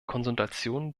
konsultation